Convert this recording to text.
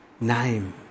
name